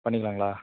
பண்ணிக்கலாங்களா